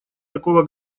такого